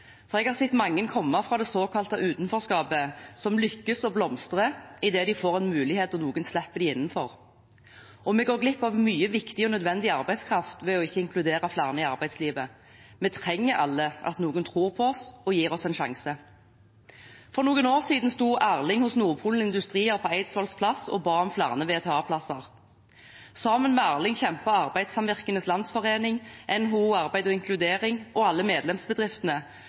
for jeg har sett mange komme fra det såkalte utenforskapet, som lykkes og blomstrer idet de får en mulighet og noen slipper dem innenfor. Vi går glipp av mye viktig og nødvendig arbeidskraft ved ikke å inkludere flere i arbeidslivet. Vi trenger alle at noen tror på oss og gir oss en sjanse. For noen år siden sto Erling hos Nordpolen Industrier på Eidsvolls plass og ba om flere VTA-plasser. Sammen med Erling kjempet Arbeidssamvirkenes Landsforening, NHO Arbeid & Inkludering og alle medlemsbedriftene